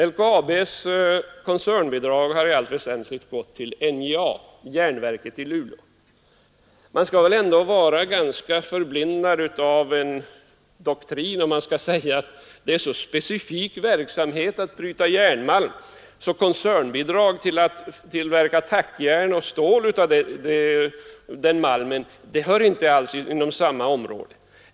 LKAB:s koncernbidrag har i allt väsentligt gått till NJA, järnverket i Luleå. Man skall väl ändå vara ganska förblindad av en doktrin för att säga att det är så specifik verksamhet att bryta järnmalm att koncernbidrag för att tillverka tackjärn och stål av den malmen hör inte alls till samma område.